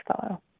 fellow